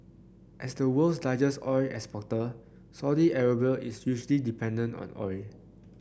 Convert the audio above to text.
as the world's largest oil exporter Saudi Arabia is hugely dependent on oil